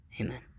Amen